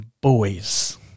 boys